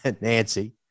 Nancy